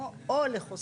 "לקיומו או לחוסנו",